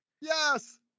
Yes